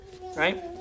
right